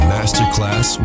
Masterclass